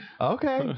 Okay